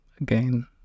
again